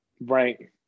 Right